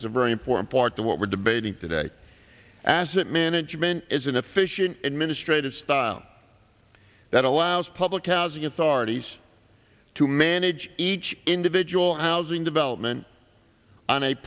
it's a very important part of what we're debating today asset management is an efficient administrative style that allows public housing authorities to manage each individual housing development on a